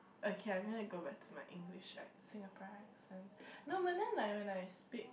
okay I'm going to go back to my English like Singaporean accent no but then like when I speak